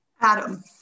Adam